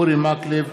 אורי מקלב,